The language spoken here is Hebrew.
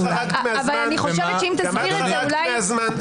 אבל אני חושב שאם תסביר את זה אולי --- גם את חרגת מהזמן.